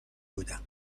بودم